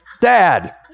Dad